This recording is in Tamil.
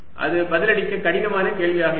அது பதிலளிக்க கடினமான கேள்வியாக இருக்கும்